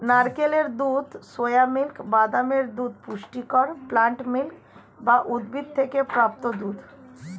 নারকেলের দুধ, soy milk, বাদামের দুধ পুষ্টিকর প্লান্ট মিল্ক বা উদ্ভিদ থেকে প্রাপ্ত দুধ